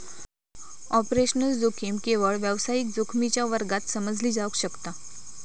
operational जोखीम केवळ व्यावसायिक जोखमीच्या वर्गात समजली जावक शकता